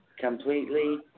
Completely